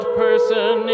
person